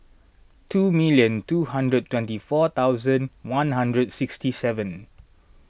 two million two hundred twenty four thousand one hundred sixty seven